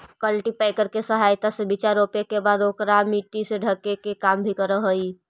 cultipacker के सहायता से बीचा रोपे के बाद ओकरा मट्टी से ढके के काम भी करऽ हई